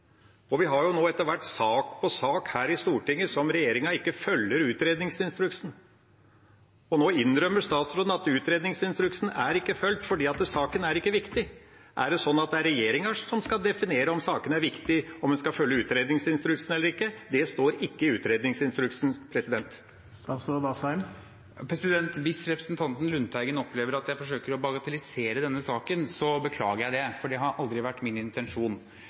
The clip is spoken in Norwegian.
nå etter hvert sak på sak her i Stortinget der regjeringa ikke følger utredningsinstruksen, og nå innrømmer statsråden at utredningsinstruksen ikke er fulgt, fordi saken ikke er viktig. Er det sånn at det er regjeringa som skal definere om saken er viktig, om en skal følge utredningsinstruksen eller ikke? Det står ikke i utredningsinstruksen. Hvis representanten Lundteigen opplever at jeg forsøker å bagatellisere denne saken, beklager jeg det, for det har aldri vært min intensjon.